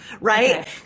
Right